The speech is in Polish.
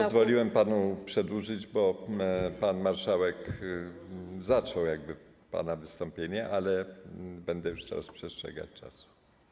Pozwoliłem panu przedłużyć, bo pan marszałek zaczął jakby pana wystąpienie, ale będę już teraz przestrzegać czasu.